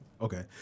Okay